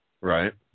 Right